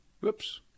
Whoops